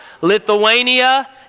Lithuania